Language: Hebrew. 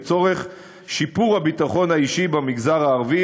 לצורך שיפור הביטחון האישי במגזר הערבי